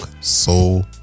soul